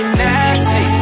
nasty